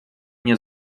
nie